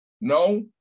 No